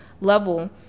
level